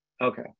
okay